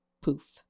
Poof